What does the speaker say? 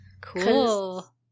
Cool